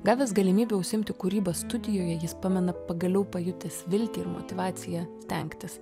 gavęs galimybę užsiimti kūryba studijoje jis pamena pagaliau pajutęs viltį ir motyvaciją stengtis